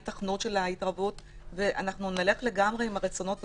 אנחנו נלך לגמרי עם הרצונות שלה,